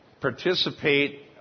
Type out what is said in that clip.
participate